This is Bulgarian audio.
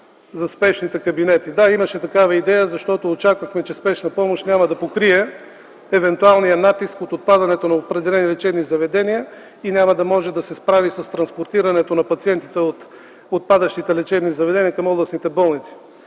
на госпожа Манолова. Да, имаше такава идея, защото очаквахме, че „Спешна помощ” няма да покрие евентуалния натиск от отпадането на определени лечебни заведения и няма да може да се справи с транспортирането на пациентите от отпадащите лечебни заведения към областните болници.